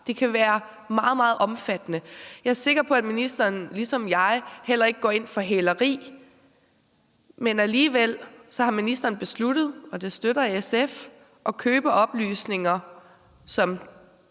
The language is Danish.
de kan være meget, meget omfattende, f.eks. en fængselsstraf. Jeg er sikker på, at ministeren ligesom jeg heller ikke går ind for hæleri, men ministeren har alligevel besluttet – og det støtter SF – at købe oplysninger, som